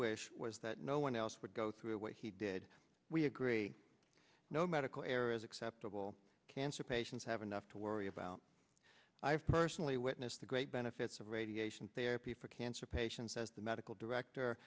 wish was that no one else would go through what he did we agree no medical error is acceptable cancer patients have enough to worry about i have personally witnessed the great benefits of radiation therapy for cancer patients says the medical director